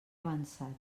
avançat